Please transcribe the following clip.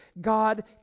God